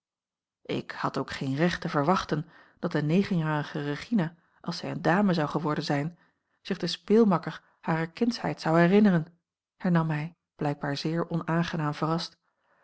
ik had ook geen recht te verwachten dat de negenjarige regina als zij eene dame zou geworden zijn zich den speelmakker harer kindsheid zou herinneren hernam hij blijkbaar zeer onaangenaam verrast